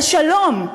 על שלום,